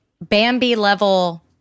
Bambi-level